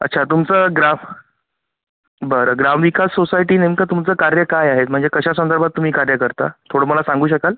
अच्छा तुमचं ग्राफ बरं ग्राम विकास सोसायटी नेमकं तुमचं कार्य काय आहे म्हणजे कशा संदर्भात तुम्ही कार्य करता थोडं मला सांगू शकाल